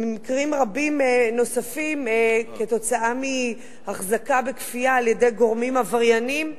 ובמקרים רבים נוספים כתוצאה מהחזקה בכפייה על-ידי גורמים עברייניים,